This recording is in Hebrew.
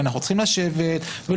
כי אנחנו צריכים לשבת ולחשוב,